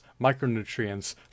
micronutrients